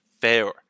fair